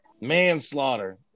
manslaughter